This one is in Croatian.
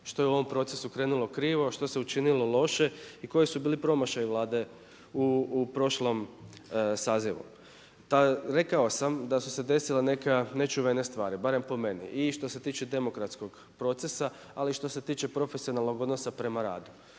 što je u ovom procesu krenulo krivo, što se učinilo loše i koji su bili promašaji Vlade u prošlom sazivu. Rekao sam da su se desile neke nečuvene stvari, barem po meni i što se tiče demokratskog procesa ali i što se tiče profesionalnog odnosa prema radu.